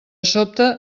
sobte